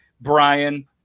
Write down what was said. Brian